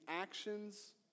actions